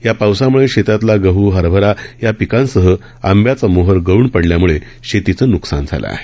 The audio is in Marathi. या पावसामुळे शेतातला गव्हू हरभरा या पिकांसह आंब्याचा मोहर गळून पडल्याम्ळे शेतीचं न्कसान झालं आहे